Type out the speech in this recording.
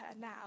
now